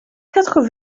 quatre